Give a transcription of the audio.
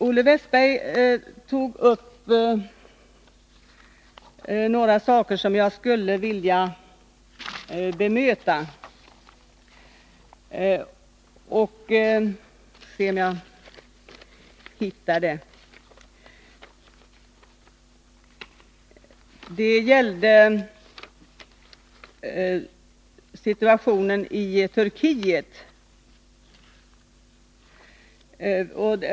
Olle Wästberg tog upp några frågor som jag skulle vilja bemöta och som gällde situationen i Turkiet.